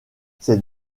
ces